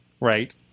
right